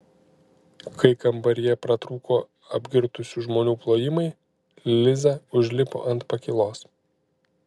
kai kambaryje pratrūko apgirtusių žmonių plojimai liza užlipo ant pakylos